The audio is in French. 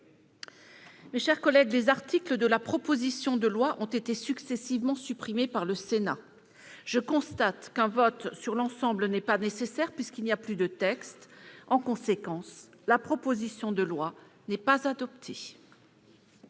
Mes chers collègues, les articles de la proposition de loi ayant été successivement supprimés par le Sénat, je constate qu'un vote sur l'ensemble n'est pas nécessaire. En conséquence, la proposition de loi, dans le texte